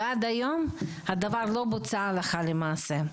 ועד היום הדבר לא בוצע הלכה למעשה.